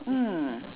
mm